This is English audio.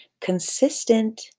consistent